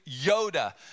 Yoda